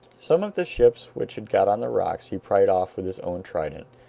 some of the ships which had got on the rocks he pried off with his own trident,